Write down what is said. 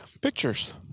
pictures